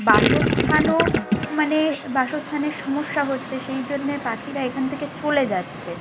বাসস্থানও মানে বাসস্থানের সমস্যা হচ্ছে সেই জন্যে পাখিরা এখান থেকে চলে যাচ্ছে